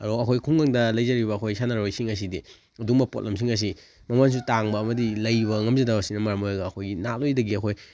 ꯑꯗꯣ ꯑꯩꯈꯣꯏ ꯈꯨꯡꯒꯪꯗ ꯂꯩꯖꯔꯤꯕ ꯑꯩꯈꯣꯏ ꯁꯥꯟꯅꯔꯣꯏꯁꯤꯡ ꯑꯁꯤꯗꯤ ꯑꯗꯨꯒꯨꯝꯕ ꯄꯣꯠꯂꯝꯁꯤꯡ ꯑꯁꯤ ꯃꯃꯟꯁꯨ ꯇꯥꯡꯕ ꯑꯃꯗꯤ ꯂꯩꯕ ꯉꯝꯖꯗꯕꯁꯤꯅ ꯃꯔꯝ ꯑꯣꯔꯒ ꯑꯩꯈꯣꯏꯒꯤ ꯅꯍꯥꯟꯋꯥꯏꯗꯒꯤ ꯑꯩꯈꯣꯏ